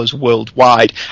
worldwide